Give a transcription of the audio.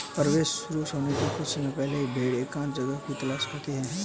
प्रसव शुरू होने के कुछ समय पहले भेड़ एकांत जगह को तलाशती है